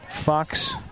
Fox